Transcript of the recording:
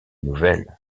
nouvelles